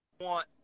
want